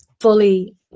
fully